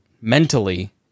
mentally